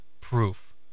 proof